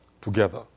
together